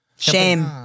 Shame